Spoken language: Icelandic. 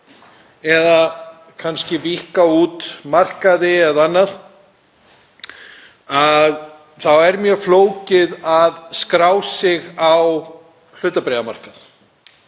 eða kannski víkka út markaði eða annað, þá er mjög flókið að skrá sig á hlutabréfamarkað.